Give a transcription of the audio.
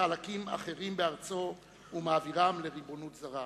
מחלקים אחרים בארצו ומעבירם לריבונות זרה.